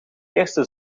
eerste